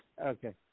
Okay